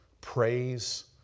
praise